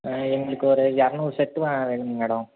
ஆ எங்களுக்கு ஒரு இரநூறு செட்டு வேணுங்க மேடம்